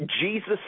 Jesus